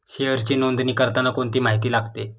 शेअरची नोंदणी करताना कोणती माहिती लागते?